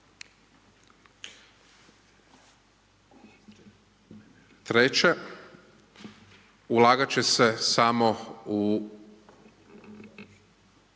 Treće ulagati će se samo u,